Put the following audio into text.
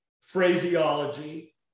phraseology